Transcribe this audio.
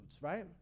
right